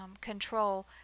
control